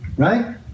Right